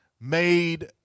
made